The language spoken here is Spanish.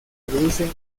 producen